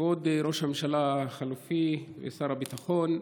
כבוד ראש הממשלה החלופי ושר הביטחון,